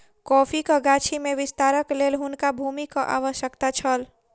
कॉफ़ीक गाछी में विस्तारक लेल हुनका भूमिक आवश्यकता छल